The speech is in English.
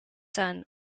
son